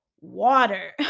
water